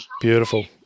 Beautiful